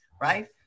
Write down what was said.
right